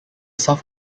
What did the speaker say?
south